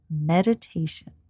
meditation